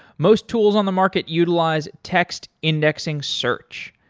most tools on the market utilize text indexing search,